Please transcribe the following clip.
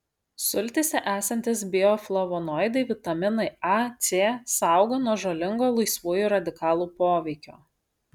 sultyse esantys bioflavonoidai vitaminai a c saugo nuo žalingo laisvųjų radikalų poveikio